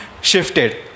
shifted